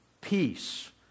Peace